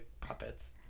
puppets